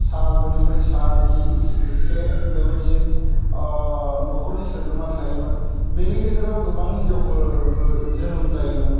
सा गुनिफ्राय सा जि जिसे बेबादि न'खरनि सोद्रोमा थायोमोन बेनि गेजेराव गोबां हिन्जावफोरबो जोनोम जायोमोन